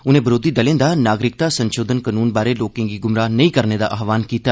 उनें विरोधी दलें दा नागरिकता संशोधन कानून बारै लोकें गी गुमराह नेई कानून दा आहवान कीता